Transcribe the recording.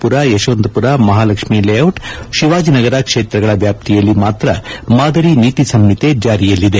ಪುರ ಯಶವಂತಪುರ ಮಹಾಲಕ್ಷ್ಮೀ ಲೇಔಟ್ ಶಿವಾಜಿನಗರ ಕ್ಷೇತ್ರಗಳ ವ್ಯಾಪ್ತಿಯಲ್ಲಿ ಮಾತ್ರ ಮಾದರಿ ನೀತಿ ಸಂಹಿತೆ ಜಾರಿಯಲ್ಲಿದೆ